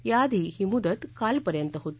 याआधी ही मुदत कालपर्यंत होती